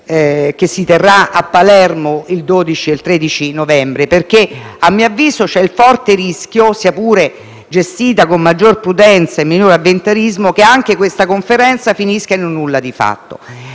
che si terrà a Palermo il 12 e il 13 novembre, perché a mio avviso c'è il forte rischio, anche se gestita con maggior prudenza e minor avventurismo, che anch'essa finisca in un nulla di fatto.